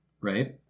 Right